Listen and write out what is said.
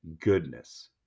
goodness